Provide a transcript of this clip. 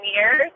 years